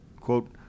quote